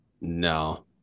No